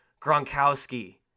Gronkowski